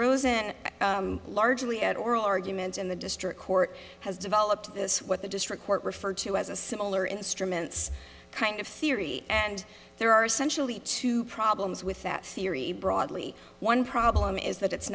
rosen largely at oral arguments in the district court has developed this what the district court referred to as a similar instruments kind of theory and there are essentially two problems with that theory broadly one problem is that it's